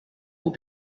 will